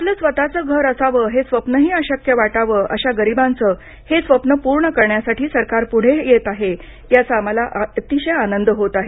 आपलं स्वतचं घर असावं हे स्वप्नही अशक्य वाटावं अशा गरीबांचं हे स्वप्न पूर्ण करण्यासाठी सरकार पुढे येत आहे याचा मला अतिशय आनंद होत आहे